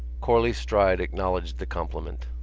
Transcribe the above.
corley's stride acknowledged the compliment.